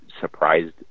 surprised